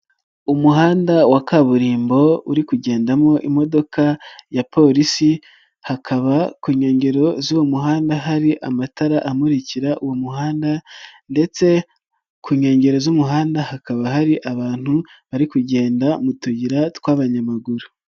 Umuhanda wa kaburimbo uri kugendamo imodoka ya Polisi hakaba ku nkengero z'uwo muhanda hari amatara amurikira uwo muhanda ndetse ku nkengero z'umuhanda hakaba hari abantu bari kugenda mu tuyira tw'abanyamaguru.